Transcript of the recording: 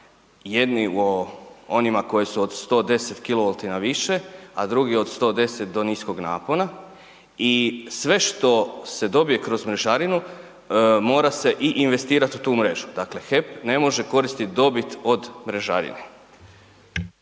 jedni o onima koji su od 110 kW na više, a drugi od 110 do niskog napona i sve što se dobije kroz mrežarinu mora se i investirati u tu mrežu. Dakle, HEP ne može koristit dobit od mrežarine.